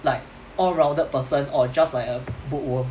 like all rounded person or just like a bookworm